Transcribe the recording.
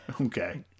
Okay